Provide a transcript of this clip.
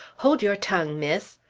hold your tongue, miss.